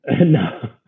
No